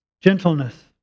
Gentleness